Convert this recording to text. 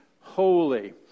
holy